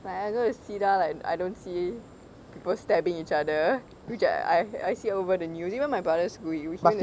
when I go to cedar like I don't see people stabbing each other which I I see over the news even my brother's school you